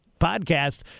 podcast